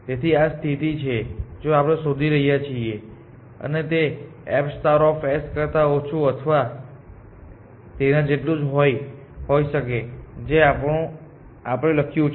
તેથી આ જ સ્થિતિ છે જે આપણે શોધી રહ્યા છીએ અને તે f કરતા ઓછું અથવા તેના જેટલું જ હોય શકે છે જે આપણે લખ્યું છે